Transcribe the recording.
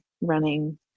running